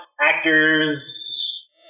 Actors